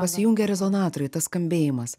pasijungia rezonatoriai tas skambėjimas